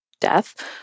death